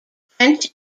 french